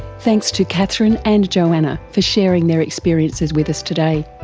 thanks to catherine and joanna for sharing their experiences with us today.